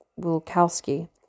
Wilkowski